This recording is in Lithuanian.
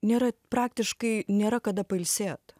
nėra praktiškai nėra kada pailsėt